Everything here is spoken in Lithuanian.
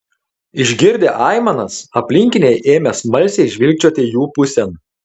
išgirdę aimanas aplinkiniai ėmė smalsiai žvilgčioti jų pusėn